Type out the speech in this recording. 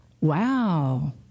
Wow